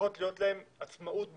צריכה להיות להן עצמאות בניהול.